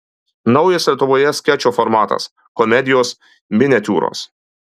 naujas lietuvoje skečo formatas komedijos miniatiūros